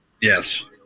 Yes